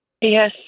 Yes